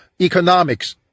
economics